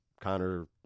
connor